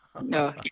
No